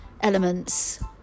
elements